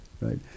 right